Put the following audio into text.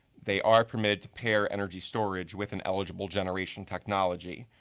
they are permitted to pair energy storage with an eligible generation technology.